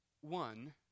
One